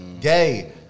gay